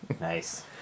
Nice